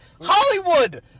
Hollywood